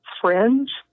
friends